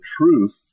truth